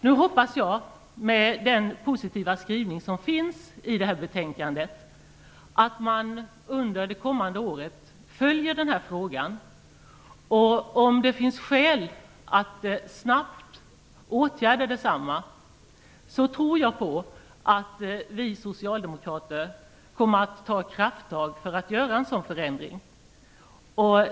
Med anledning av den positiva skrivning som finns i betänkandet hoppas jag att man under det kommande året följer den här frågan. Om det finns skäl att snabbt åtgärda densamma tror jag att vi socialdemokrater kommer att ta krafttag för att genomföra en sådan förändring.